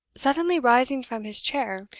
suddenly rising from his chair,